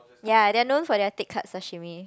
ya their known for their thick cut sashimi